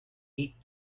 eat